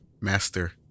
master